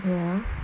ya